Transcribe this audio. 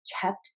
kept